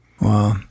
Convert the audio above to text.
Wow